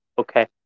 okay